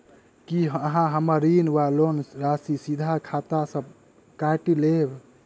की अहाँ हम्मर ऋण वा लोन राशि सीधा खाता सँ काटि लेबऽ?